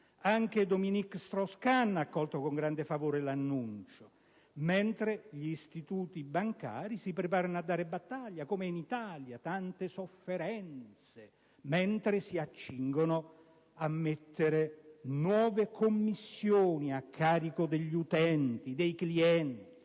Anche Dominique Strauss-Kahn ha accolto con grande favore l'annuncio, mentre gli istituti bancari si preparano a dare battaglia, come in Italia - tante sofferenze - e si accingono a mettere nuove commissioni a carico degli utenti e dei clienti,